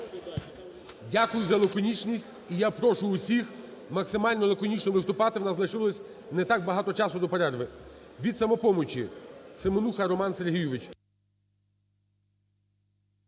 Дякую за лаконічність. І я прошу усіх максимально лаконічно виступати, в нас лишилось не так багато часу до перерви. Від "Самопомочі" Семенуха Роман Сергійович.